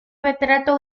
retrato